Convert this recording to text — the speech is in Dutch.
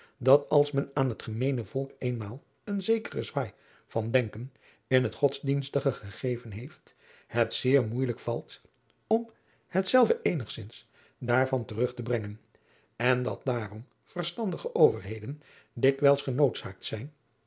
dat als men aan het gemeene volk eenmaal een zekeren zwaai van denken in het godsdienstige gegeven heeft het zeer moeijelijk valt om hetzelve eenigzins daarvan terug te brengen en dat daarom verstandige overheden dikwijls genoodzaakt zijn